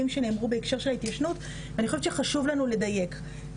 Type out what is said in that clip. שנאמרו בהקשר של ההתיישנות ואני חושבת שחשוב לנו לדייק.